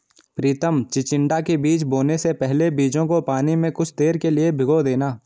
प्रितम चिचिण्डा के बीज बोने से पहले बीजों को पानी में कुछ देर के लिए भिगो देना